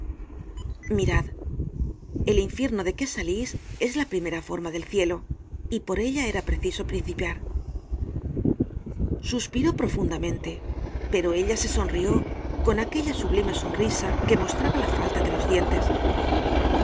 mirad el infierno de que salis es la primera forma del cielo y por ella era preciso principiar suspiró profundamente pero ella se sonrió con aquella sublime sonrisa que mostraba la falta de los dientes